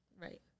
Right